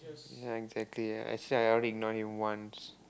not exactly ya I say I already ignore him once